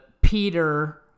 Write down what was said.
Peter